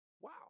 Wow